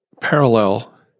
parallel